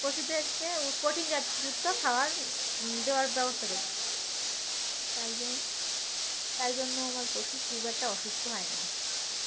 পশুদেরকে প্রোটিনজাত যুক্ত খাওয়ার দেওয়ার ব্যবস্থা করি তাই জন্য তাই জন্য আমার পশু খুব একটা অসুস্থ হয় না